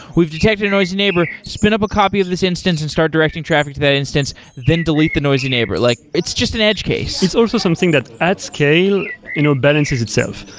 we've detected a noisy neighbor. spin up a copy of this instance and start directing traffic to that instance, then delete the noisy neighbor. like it's just an edge case. it's also something that at scale you know balances itself.